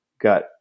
got